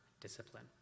discipline